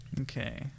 Okay